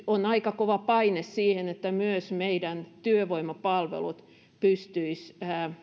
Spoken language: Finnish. on aika kova paine siihen että myös meidän työvoimapalvelumme pystyisivät